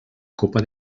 copa